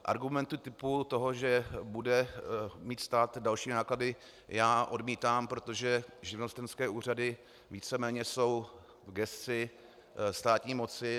Argumenty typu toho, že bude mít stát další náklady, já odmítám, protože živnostenské úřady víceméně jsou v gesci státní moci.